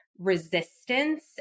Resistance